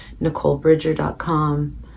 NicoleBridger.com